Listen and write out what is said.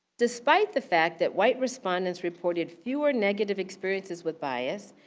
despite the fact that white respondent reported fewer negative experiences with bias,